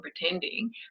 pretending